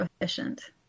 efficient